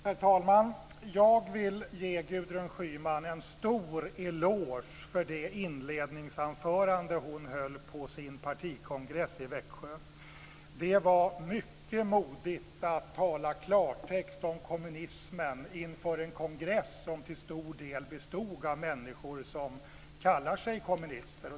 Herr talman! Jag vill ge Gudrun Schyman en stor eloge för det inledningsanförande som hon höll på sin partikongress i Växjö. Det var mycket modigt att tala klartext om kommunismen inför en kongress som till stor del bestod av människor som kallar sig kommunister.